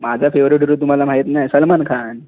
माझा favourite hero तुम्हाला माहीत नाही सलमान खान